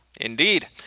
Indeed